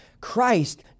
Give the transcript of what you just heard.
Christ